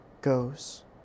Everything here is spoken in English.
goes